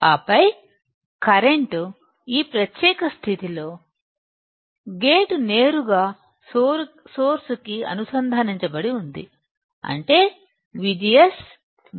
ఆపై కరెంటు ఈ ప్రత్యేక స్థితిలో గేట్ నేరుగా సోర్స్ కి అనుసంధానించబడి ఉంది అంటే VGS VGS 0